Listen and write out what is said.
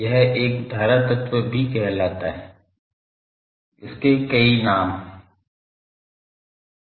यह एक धारा तत्व भी कहलाता है इसके कई नाम हैं